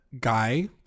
guy